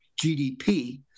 GDP